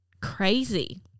crazy